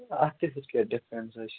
اَتھ کیٛاہ ڈِفریٚنسا چھِ